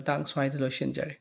ꯃꯇꯥꯡ ꯁ꯭ꯋꯥꯏꯗ ꯂꯣꯏꯁꯤꯟꯖꯔꯦ